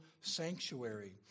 sanctuary